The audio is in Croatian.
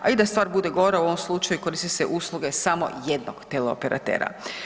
A i da stvar bude gora, u ovom slučaju koristi se usluge samo jednog teleoperatera.